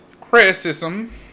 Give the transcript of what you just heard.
criticism